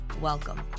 Welcome